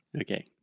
Okay